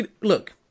look